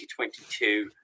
2022